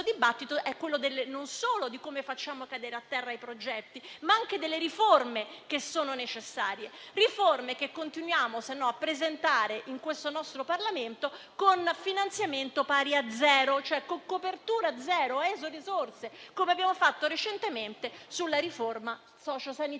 questo dibattito è non solo come mettere a terra i progetti, ma anche le riforme necessarie, che continuiamo a presentare in questo nostro Parlamento con finanziamento pari a zero, cioè, con copertura zero, come abbiamo fatto recentemente sulla riforma sociosanitaria.